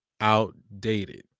outdated